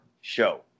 show